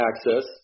access